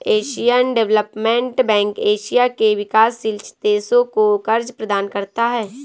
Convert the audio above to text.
Asian Development Bank Asia के विकासशील देशों को कर्ज प्रदान करता है